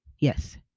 Yes